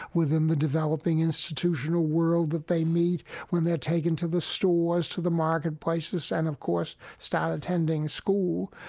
within the developing institutional world that they meet when they're taken to the stores, to the marketplaces, and of course start attending school,